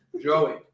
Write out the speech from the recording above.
Joey